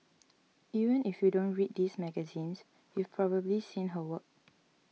even if you don't read these magazines you've probably seen her work